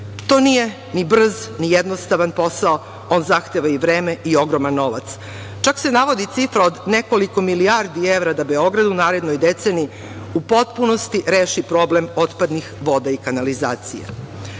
To nije ni brz, ni jednostavan posao, on zahteva i vreme i ogroman novac. Čak se navodi cifra od nekoliko milijardi evra, da Beograd u narednoj deceniji u potpunosti reši problem otpadnih voda i kanalizacija. Ovo